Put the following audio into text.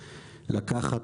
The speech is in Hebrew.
לקחת,